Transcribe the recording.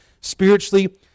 spiritually